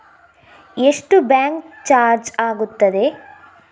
ಎಷ್ಟು bank charge ಆಗುತ್ತದೆ?